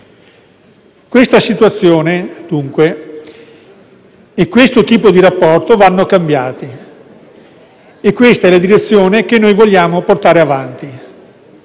Questa situazione, dunque, e questo tipo di rapporto vanno cambiati; questa è la direzione che noi vogliamo portare avanti.